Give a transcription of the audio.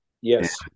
Yes